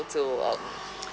to um